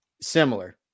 Similar